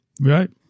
Right